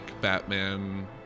Batman –